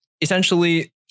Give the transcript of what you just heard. essentially